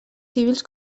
civils